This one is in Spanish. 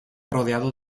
rodeado